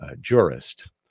jurist